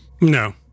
No